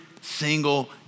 single